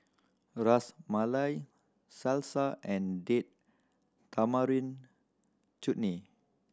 Ras Malai Salsa and Date Tamarind Chutney